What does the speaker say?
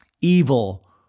evil